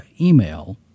email